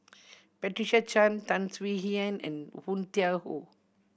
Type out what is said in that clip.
Patricia Chan Tan Swie Hian and Woon Tai Ho